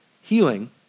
healing